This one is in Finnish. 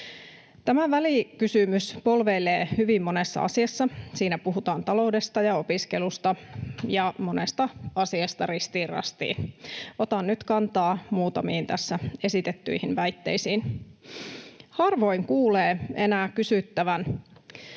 Tämä välikysymys polveilee hyvin monessa asiassa. Siinä puhutaan taloudesta ja opiskelusta ja monesta asiasta ristiin rastiin. Otan nyt kantaa muutamiin tässä esitettyihin väitteisiin. Harvoin kuulee enää kysyttävän,